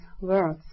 words